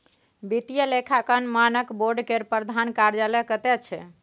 वित्तीय लेखांकन मानक बोर्ड केर प्रधान कार्यालय कतय छै